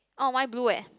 orh mine blue eh